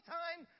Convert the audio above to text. time